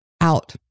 Out